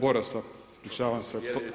Borasa ispričavam se.